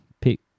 pick